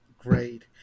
Great